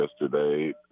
yesterday